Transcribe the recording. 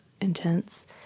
intense